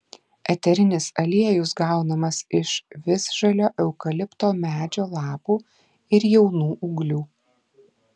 eterinis aliejus gaunamas iš visžalio eukalipto medžio lapų ir jaunų ūglių